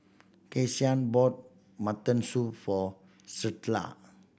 Kyson bought mutton soup for Starla